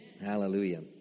Hallelujah